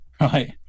Right